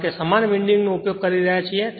કારણ કે સમાન વિન્ડિંગનો ઉપયોગ કરી રહ્યા છીએ